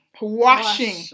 washing